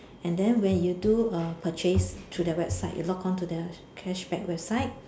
and then when you do a purchase through their website you log on to the cashback website